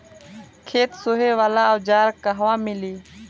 खेत सोहे वाला औज़ार कहवा मिली?